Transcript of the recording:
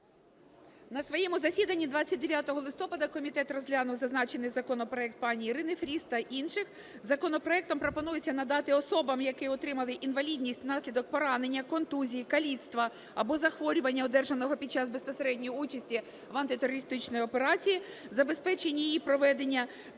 На своєму засіданні 29 листопада комітет розглянув зазначений законопроект пані Ірини Фріз та інших. Законопроектом пропонується надати особам, які отримали інвалідність внаслідок поранення, контузії, каліцтва або захворювання, одержаного під час безпосередньої участі в антитерористичній операції, забезпечення її проведення, надати